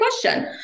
question